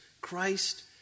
Christ